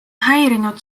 häirinud